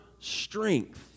strength